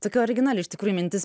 tokia originali iš tikrųjų mintis